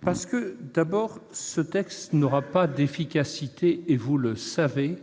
Parce que, d'abord, il n'aura pas d'efficacité- vous le savez